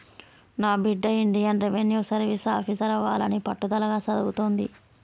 నా బిడ్డ Indian revenue service officer అవ్వాలని పట్టుదలగా సదువుతుంది